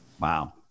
Wow